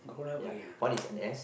ya one is N_S